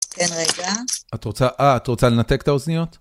-כן רגע -את רוצה, אה את רוצה לנתק את האוזניות?